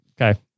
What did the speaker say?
Okay